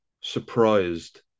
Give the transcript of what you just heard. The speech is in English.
surprised